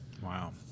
Wow